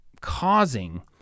causing